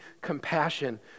compassion